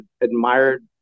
admired